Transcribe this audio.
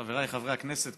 חבריי חברי הכנסת,